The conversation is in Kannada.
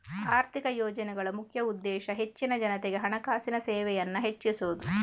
ಆರ್ಥಿಕ ಯೋಜನೆಗಳ ಮುಖ್ಯ ಉದ್ದೇಶ ಹೆಚ್ಚಿನ ಜನತೆಗೆ ಹಣಕಾಸಿನ ಸೇವೆಯನ್ನ ಹೆಚ್ಚಿಸುದು